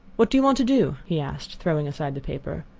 what do you want to do? he asked, throwing aside the paper.